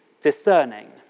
discerning